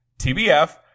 tbf